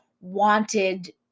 wanted